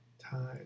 time